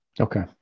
Okay